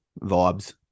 Vibes